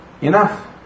enough